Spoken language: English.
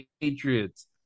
Patriots